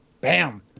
bam